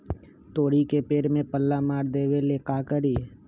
तोड़ी के पेड़ में पल्ला मार देबे ले का करी?